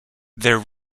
their